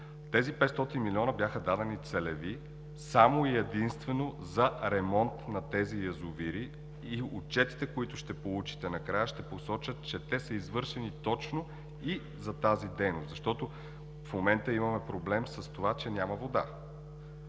Тези 500 милиона бяха дадени целево само и единствено за ремонт на тези язовири и отчетите, които ще получите накрая, ще посочат, че те са извършени точно и за тази дейност. В момента имаме проблем с това, че няма вода.